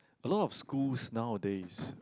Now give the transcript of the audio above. a lot of schools nowadays